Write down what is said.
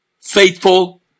faithful